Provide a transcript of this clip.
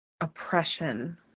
oppression